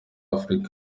afurika